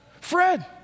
Fred